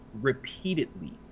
repeatedly